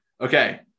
okay